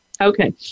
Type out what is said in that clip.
Okay